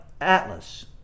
Atlas